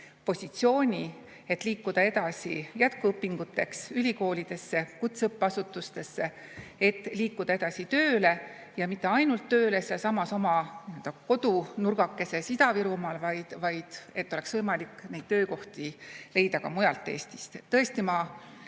stardipositsiooni, et liikuda edasi jätkuõpinguteks ülikoolidesse, kutseõppeasutustesse, et liikuda edasi tööle, ja mitte ainult tööle sealsamas oma kodunurgakeses Ida-Virumaal, vaid et oleks võimalik leida neid töökohti ka mujal Eestis. Tõesti, ma